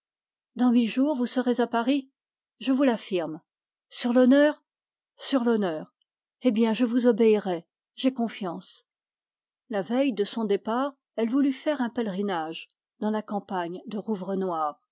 dans huit jours vous serez à paris je vous l'affirme sur l'honneur sur l'honneur eh bien je vous obéirai j'ai confiance la veille de son départ elle voulut faire un pèlerinage dans la campagne de